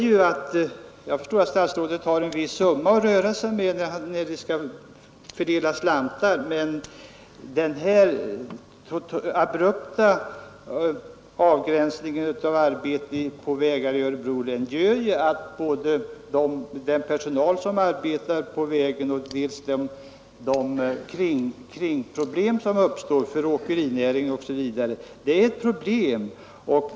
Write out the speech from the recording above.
Jag förstår att statsrådet har en viss summa att röra sig med, när slantar skall fördelas, men den här abrupta avgränsningen av arbeten på vägar i Örebro län medför ju problem både för den personal som arbetar på riksvägen och för exempelvis åkerinäringen.